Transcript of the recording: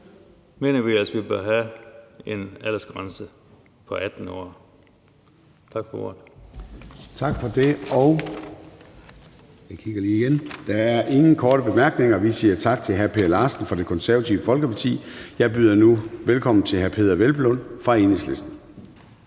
at vi bør have en aldersgrænse på 18 år. Tak for ordet. Kl. 21:19 Formanden (Søren Gade): Tak for det. Der er ingen korte bemærkninger, så vi siger tak til hr. Per Larsen fra Det Konservative Folkeparti. Jeg byder nu velkommen til hr. Peder Hvelplund fra Enhedslisten.